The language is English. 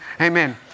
Amen